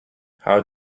how